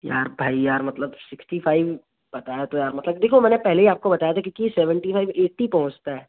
यार भाई यार मतलब सिक्सटी फ़ाइव बताया तो यार मतलब देखो मैंने पहले ही आपको बताया था कि कि सेवंटी फ़ाइव ऐट्टी पहुँचता है